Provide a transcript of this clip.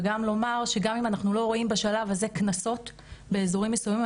וגם לומר שגם אם אנחנו לא רואים בשלב הזה קנסות באזורים מסוימים,